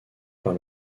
par